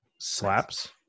Slaps